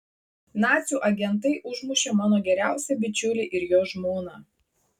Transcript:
nacių agentai užmušė mano geriausią bičiulį ir jo žmoną